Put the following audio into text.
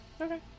Okay